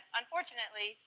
unfortunately